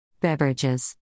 Beverages